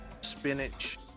spinach